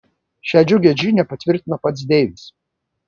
šią džiugią žinią patvirtino pats deivis